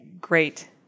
great